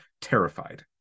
terrified